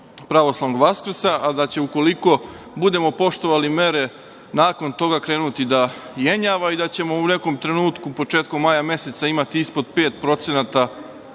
pravoslavnog Vaskrsa, a da će, ukoliko budemo poštovali mere, nakon toga krenuti da jenjava i da ćemo u nekom trenutku, početkom maja meseca, imati ispod 5% zaraženih